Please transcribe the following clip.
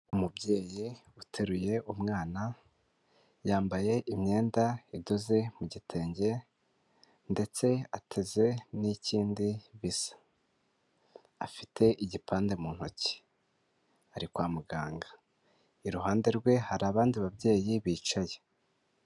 Umubyeyi uteruye umwana yambaye imyenda idoze mu gitenge ndetse ateze n'ikindi bisa, afite igipande mu ntoki ari kwa muganga, iruhande rwe hari abandi babyeyi bicaye.